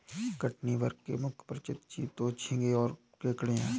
कठिनी वर्ग के मुख्य परिचित जीव तो झींगें और केकड़े हैं